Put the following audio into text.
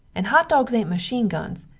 and hot dogs aint machine guns,